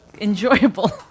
enjoyable